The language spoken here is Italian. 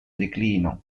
declino